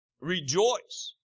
Rejoice